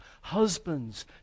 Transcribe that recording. Husbands